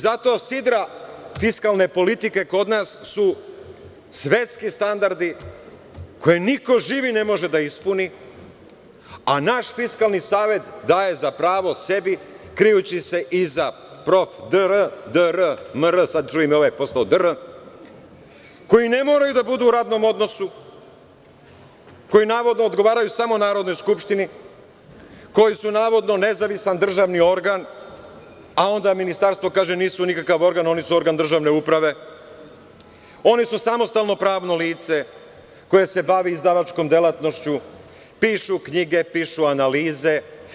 Zato sidra fiskalne politike kod nas su svetski standardi koje niko živi ne može da ispuni, a naš Fiskalni savet daje za pravo sebi, krijući se iza prof, dr, mr, sad čujem i ovaj je postao dr, koji ne moraju da budu u radnom odnosu, koji navodno odgovaraju samo Narodnoj skupštini, koji su navodno nezavisan državni organ, a onda ministarstvo kaže – nisu nikakav organ, oni su organ državne uprave, oni su samostalno pravno lice koje se bavi izdavačkom delatnošću, pišu knjige, pišu analize.